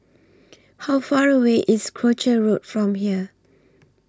How Far away IS Croucher Road from here